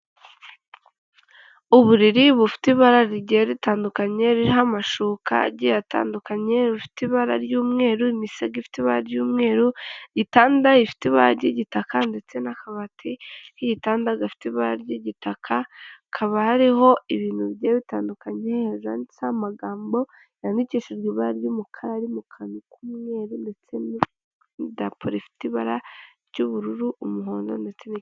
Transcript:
Uburiri bufite ibara rigiye ritandukanye ririho amashuka agiye atandukanye rufite ibara ry'umweru, imisego ifite ibara ry'umweru, itanda ifite ibara ry'igitaka ndetse n'akabati k'igitanda gafite ibara ry'igitaka, hakaba hariho ibintu bigiye bitandukanye, hejuru handitseho amagambo yandikishijwe ibara ry'umukara ari mu kantu k'umweru, ndetse n'idarapo rifite ibara ry'ubururu, umuhondo ndetse bi.